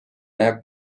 näe